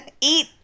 Eat